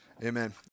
Amen